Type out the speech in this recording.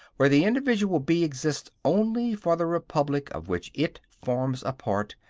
where the individual bee exists only for the republic of which it forms a part,